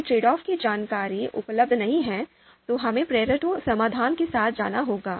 यदि trade off की जानकारी उपलब्ध नहीं है तो हमें पेरेटो समाधान के साथ जाना होगा